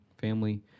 family